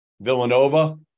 Villanova